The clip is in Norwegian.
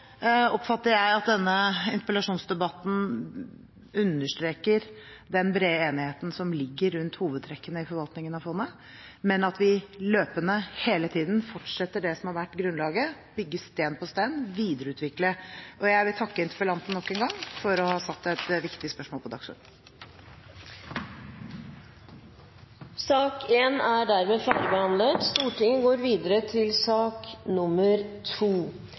oppfatter jeg at denne interpellasjonsdebatten understreker den brede enigheten som ligger rundt hovedtrekkene i forvaltningen av fondet, men at vi løpende, hele tiden, fortsetter det som har vært grunnlaget – bygge sten på sten og videreutvikle. Jeg vil takke interpellanten nok en gang for å ha satt et viktig spørsmål på dagsordenen. Da er debatten i sak nr. 1 avsluttet. Etter ønske fra næringskomiteen vil presidenten foreslå at taletiden begrenses til